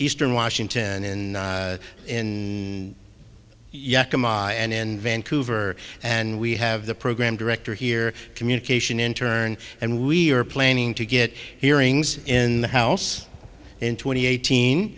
eastern washington in in yakima and in vancouver and we have the program director here communication in turn and we are planning to get hearings in the house in twenty eighteen